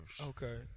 Okay